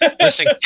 Listen